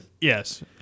yes